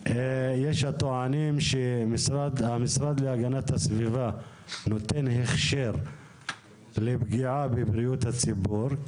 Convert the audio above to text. יש הטוענים שהמשרד להגנת הסביבה נותן הכשר לפגיעה בבריאות הציבור,